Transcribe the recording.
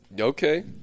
Okay